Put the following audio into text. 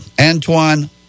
Antoine